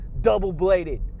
double-bladed